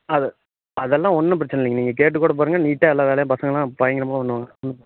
அது அதெல்லாம் ஒன்றும் பிரச்சினை இல்லைங்க நீங்கள் கேட்டு கூட பாருங்கள் நீட்டாக எல்லா வேலையும் பசங்கள்லாம் பயங்கரமாக பண்ணுவாங்க ம்